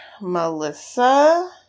Melissa